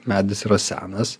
medis yra senas